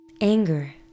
anger